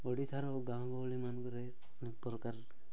ଓଡ଼ିଶାର ଓ ଗାଁ ଗହଳି ମାନଙ୍କରେ ଅନେକ ପ୍ରକାର